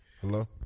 Hello